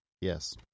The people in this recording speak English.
yes